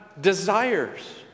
desires